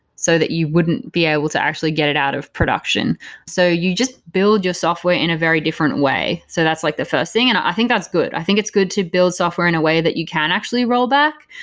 so that you wouldn't be able to actually get it out of production so you just build your software in a very different way. so that's like the first thing. and i think that's good. i think it's good to build software in a way that you can actually roll back,